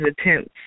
attempts